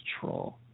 troll